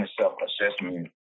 self-assessment